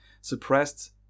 suppressed